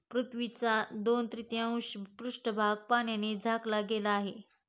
पृथ्वीचा दोन तृतीयांश पृष्ठभाग पाण्याने झाकला गेला आहे